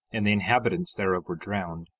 and the inhabitants thereof were drowned.